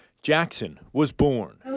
jackson was born.